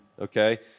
okay